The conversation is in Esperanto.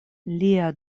lia